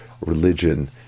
religion